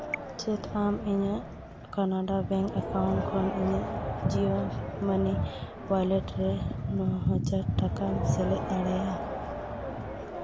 ᱪᱮᱫ ᱟᱢ ᱤᱧᱟᱹᱜ ᱠᱟᱱᱟᱰᱟ ᱵᱮᱝᱠ ᱮᱠᱟᱣᱩᱱᱴ ᱠᱷᱚᱱ ᱤᱧᱟᱹᱜ ᱡᱤᱭᱳ ᱢᱟᱹᱱᱤ ᱚᱣᱟᱞᱮᱴ ᱨᱮ ᱱᱚ ᱦᱟᱡᱟᱨ ᱴᱟᱠᱟᱢ ᱥᱮᱞᱮᱫ ᱫᱟᱲᱮᱭᱟᱜᱼᱟ